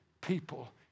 people